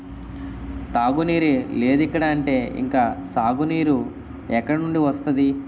తాగునీరే లేదిక్కడ అంటే ఇంక సాగునీరు ఎక్కడినుండి వస్తది?